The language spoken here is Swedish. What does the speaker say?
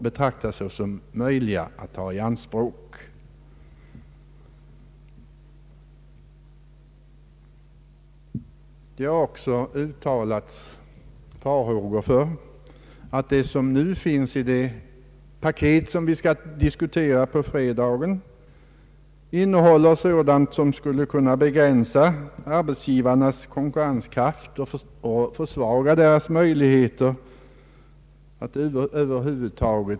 Det har här också uttalats farhågor för att innehållet i det skattepaket som vi skall diskutera på fredag skulle kunna begränsa industrins konkurrenskraft och försvaga dess situation.